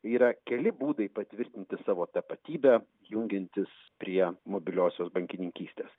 yra keli būdai patvirtinti savo tapatybę jungiantis prie mobiliosios bankininkystės